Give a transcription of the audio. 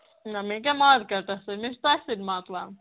نہ مےٚ کیٛاہ مارکیٹَس سۭتۍ مےٚ چھُ تۄہہِ سۭتۍ مطلَب